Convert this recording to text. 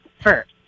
first